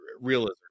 realism